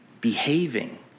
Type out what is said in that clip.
behaving